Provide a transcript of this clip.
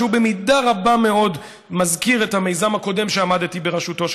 שהוא במידה רבה מאוד מזכיר את המיזם הקודם שעמדתי בראשותו,